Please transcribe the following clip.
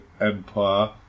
Empire